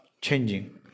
changing